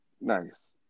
nice